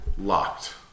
Locked